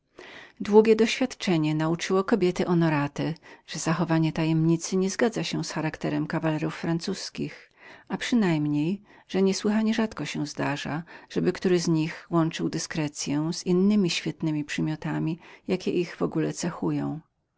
długie doświadczenie nauczyło kobiety honorates że zachowanie tajemnicy nie zgadzało się z charakterem kawalerów francuzkich czyli raczej że niesłychanie trudnem było żeby który z nich łączył milczenie z innemi świetnemi przymiotami jakie ich w ogóle cechują